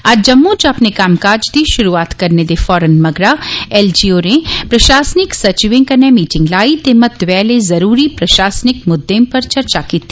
अज्ज जम्मू च अपने कम्मकाज दी शुरूआत करने दे फौरन मगरा एलजी होरे प्रशासनिक सचिवें कन्नै मीटिंग लाई ते महत्वै आले जरूरी प्रशासनिक मुद्दें पर चर्चा कीती